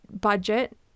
budget